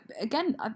again